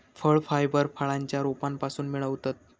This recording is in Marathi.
फळ फायबर फळांच्या रोपांपासून मिळवतत